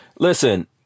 Listen